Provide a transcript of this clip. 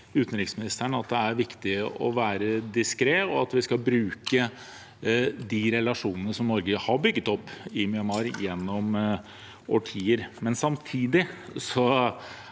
at det er viktig å være diskret, og at vi skal bruke de relasjonene som Norge har bygd opp i Myanmar gjennom årtier. Samtidig er